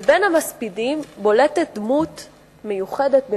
ובין המספידים בולטת דמות מיוחדת במינה,